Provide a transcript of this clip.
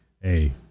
hey